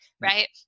Right